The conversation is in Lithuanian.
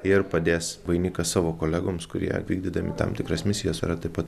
ir padės vainiką savo kolegoms kurie vykdydami tam tikras misijas yra taip pat